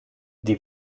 die